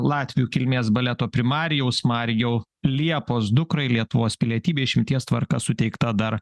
latvių kilmės baleto primarijaus marijau liepos dukrai lietuvos pilietybė išimties tvarka suteikta dar